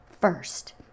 first